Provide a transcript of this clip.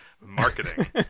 marketing